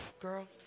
Girl